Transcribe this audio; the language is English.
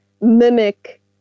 mimic